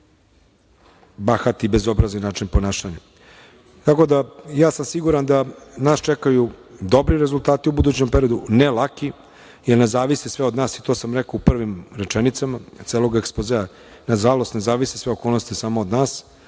bahati i bezobrazni način ponašanja. Tako da sam siguran da nas čekaju dobri rezultati u budućem periodu, ne lako, jer ne zavisi sve od nas. To sam rekao u prvim rečenicama celog ekspozea. Nažalost, ne zavise sve okolnosti samo od nas,